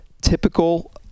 Typical